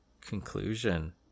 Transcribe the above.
conclusion